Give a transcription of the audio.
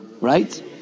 Right